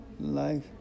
life